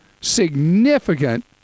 significant